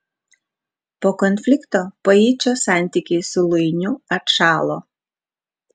po konflikto paičio santykiai su luiniu atšalo